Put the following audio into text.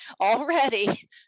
already